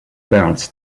belts